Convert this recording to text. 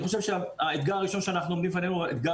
אני חושב שהאתגר הראשון שאנחנו עומדים בפני הוא האתגר